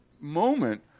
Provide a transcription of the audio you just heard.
moment